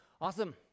Awesome